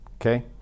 Okay